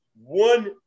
one